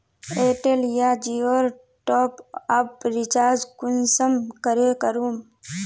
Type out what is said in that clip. Airtel या जियोर top up recharge कुंसम करे करूम?